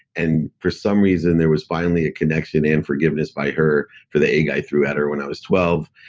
and for some reason there was finally a connection, and forgiveness by her for the egg i threw at her when i was twelve.